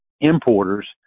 Importers